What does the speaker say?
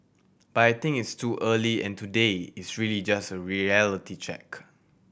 but I think it's too early and today is really just a reality check